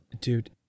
dude